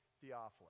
theophilus